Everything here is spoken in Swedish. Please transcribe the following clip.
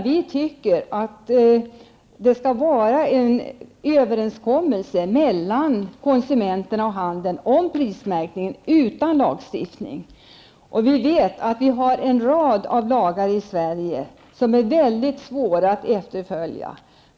Vi anser att det skall träffas en överenskommelse mellan konsumenterna och handeln om prismärkningen utan lagstiftning. Vi vet att vi har en rad lagar i Sverige som är mycket svåra att efterfölja.